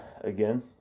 again